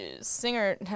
singer